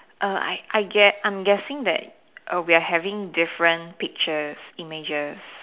uh I I get I'm guessing that uh we're having different pictures images